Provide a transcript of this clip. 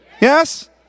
Yes